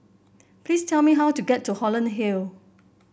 please tell me how to get to Holland Hill